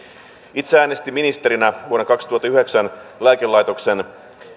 itse äänestin ministerinä vuonna kaksituhattayhdeksän lääkelaitoksen